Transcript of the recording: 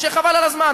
שחבל על הזמן.